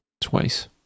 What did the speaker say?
twice